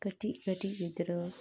ᱠᱟᱹᱴᱤᱡ ᱠᱟᱹᱴᱤᱡ ᱜᱤᱫᱽᱨᱟᱹ